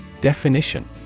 Definition